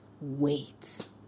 Wait